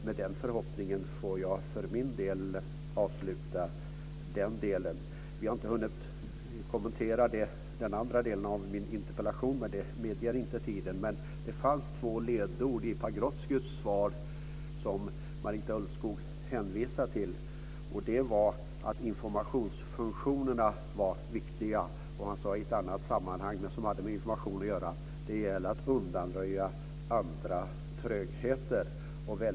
Med den förhoppningen får jag för min del avsluta den delen av debatten. Tiden medger inte kommentarer till den andra delen av min interpellation. Det fanns dock två ledord i Pagrotskys svar som Marita Ulvskog hänvisar till. Han sade där bl.a. att informationsfunktionerna var viktiga. I ett sammanhang som hade att göra med information sade han att det gäller att undanröja andra trögheter.